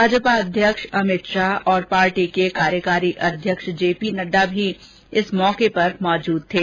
भाजपा अध्यक्ष अमित शाह और पार्टी के कार्यकारी अध्यक्ष जे पी नड्डा भी इस अवसर पर उपस्थित थे